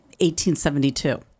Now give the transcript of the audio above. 1872